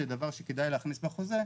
דבר שכדאי להכניס בחוזה,